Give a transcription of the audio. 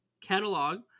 catalog